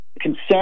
concern